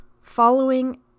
following